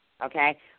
Okay